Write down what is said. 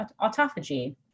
autophagy